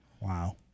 Wow